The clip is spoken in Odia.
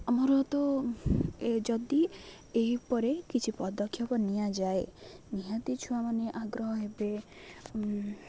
ଆମର ତ ଏ ଯଦି ଏହିପରେ କିଛି ପଦକ୍ଷେପ ନିଆଯାଏ ନିହାତି ଛୁଆମାନେ ଆଗ୍ରହ ହେବେ